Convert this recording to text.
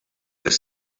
his